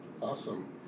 Awesome